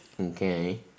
Okay